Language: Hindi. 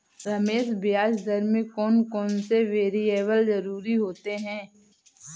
रमेश ब्याज दर में कौन कौन से वेरिएबल जरूरी होते हैं?